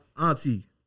auntie